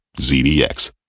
ZDX